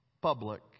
public